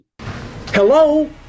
Hello